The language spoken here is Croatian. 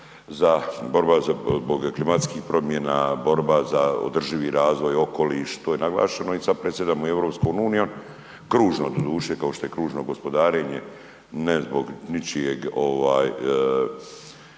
borba zbog klimatskih promjena, borba za održivi razvoj i okoliš, to je naglašeno i sad predsjedamo EU-om, kružno doduše kao što je kružno i gospodarenje ne zbog ničijeg